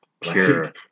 pure